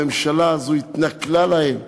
הממשלה הזאת התנכלה להם.